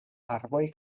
arboj